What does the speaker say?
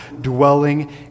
dwelling